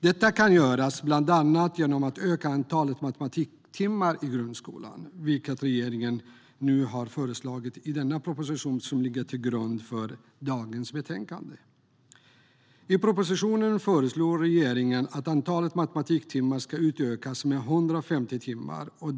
Detta kan bland annat göras genom att öka antalet matematiktimmar i grundskolan, vilket regeringen har föreslagit i den proposition som ligger till grund för dagens betänkande. I propositionen föreslår regeringen att antalet matematiktimmar ska utökas med 105 timmar.